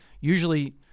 usually